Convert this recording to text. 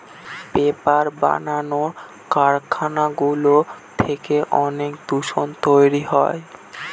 paper বানানোর কারখানাগুলো থেকে অনেক দূষণ তৈরী হয়